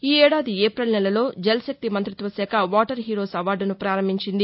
ఈ ఏడాది ఏపిల్ నెలలో జల్ శక్తి మంత్రిత్వశాఖ వాటర్ హీరోస్ అవార్దును ప్రారంభించింది